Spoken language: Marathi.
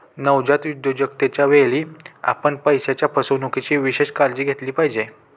नवजात उद्योजकतेच्या वेळी, आपण पैशाच्या फसवणुकीची विशेष काळजी घेतली पाहिजे